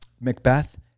Macbeth